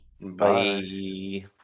Bye